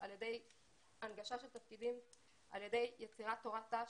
על ידי הנגשה של תפקידים, על ידי יצירת תורת ת"ש